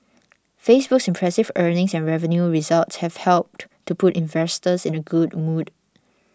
Facebook's impressive earnings and revenue results have helped to put investors in a good mood